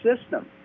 system